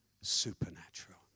supernatural